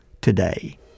today